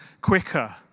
quicker